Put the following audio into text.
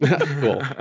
Cool